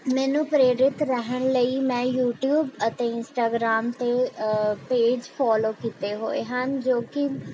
ਮੈਨੂੰ ਪ੍ਰੇਰਿਤ ਰਹਿਣ ਲਈ ਮੈਂ ਯੂਟਿਊਬ ਅਤੇ ਇੰਸਟਾਗ੍ਰਾਮ 'ਤੇ ਪੇਜ਼ ਫੋਲੋ ਕੀਤੇ ਹੋਏ ਹਨ ਜੋ ਕਿ